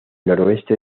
noroeste